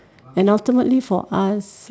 and ultimately for us